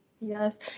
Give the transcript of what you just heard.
Yes